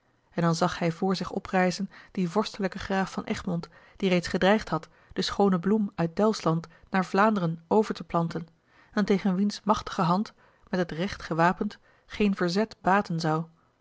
en dan zag hij voor zich oprijzen dien vorstelijken graaf van egmond die reeds gedreigd had de schoone bloem uit delfsland naar vlaanderen over te planten en tegen wiens machtige hand met het recht gewapend geen verzet baten zou